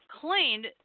claimed